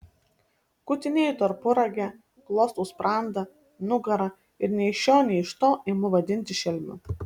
kutinėju tarpuragę glostau sprandą nugarą ir nei iš šio nei iš to imu vadinti šelmiu